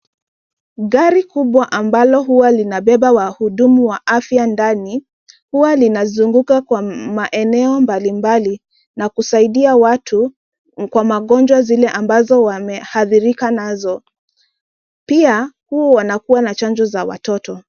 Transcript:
Gari kubwa ambalo huwa linabeba wahudumu wa afya ndani, huwa linazunguka kwa maeneo mbalimbali, na kusaidia watu, kwa magonjwa zile ambazo wameathirika nazo. Pia, huwa wanakuwa na chanjo za watoto.